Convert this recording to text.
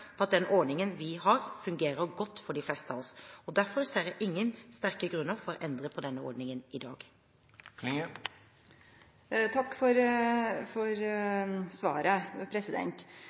på at den ordningen vi har, fungerer godt for de fleste av oss. Derfor ser jeg ingen sterke grunner til å endre på denne ordningen i dag. Takk for svaret.